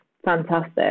fantastic